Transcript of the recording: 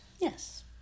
Yes